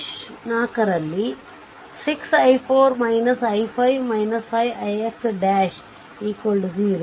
mesh 4 ರಲ್ಲಿ 6 i4 i5 5 ix " 0